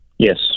Yes